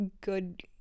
good